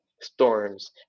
storms